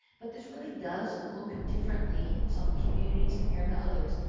but this really does look differently in some communities compared to others.